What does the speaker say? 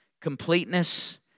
completeness